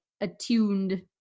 attuned